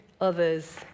others